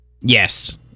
Yes